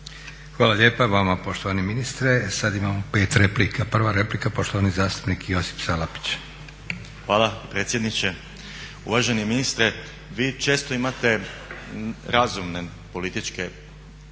Hvala lijepa i vama poštovani ministre. Sad imamo pet replika. Prva replika poštovani zastupnik Josip Salapić. **Salapić, Josip (HDSSB)** Hvala predsjedniče. Uvaženi ministre vi često imate razumne političke